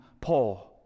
Paul